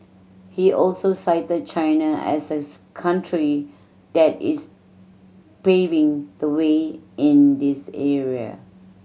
he also cited China as as country that is paving the way in this area